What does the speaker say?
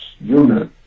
unit